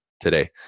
today